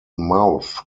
mouth